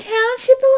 Township